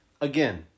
again